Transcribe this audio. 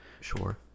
Sure